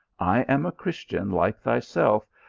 i am a christian like thyself,